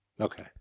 Okay